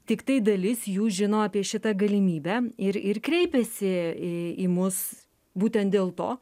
tiktai dalis jų žino apie šitą galimybę ir ir kreipiasi į mus būtent dėl to